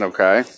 Okay